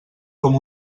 com